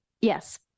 yes